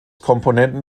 komponenten